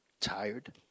Tired